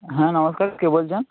হ্যাঁ নমস্কার কে বলছেন